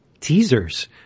teasers